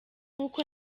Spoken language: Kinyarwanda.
nkuko